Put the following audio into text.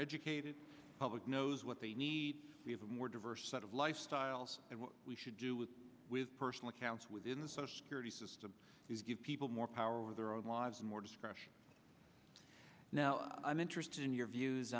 educated public knows what they need to have a more diverse set of lifestyles and what we should do with with personal accounts within the social security system is give people more power over their own lives and more discretion now i'm interested in your views